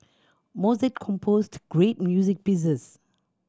Mozart composed great music pieces